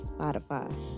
Spotify